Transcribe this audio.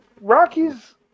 Rockies